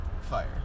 fire